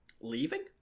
leaving